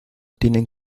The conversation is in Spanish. tienen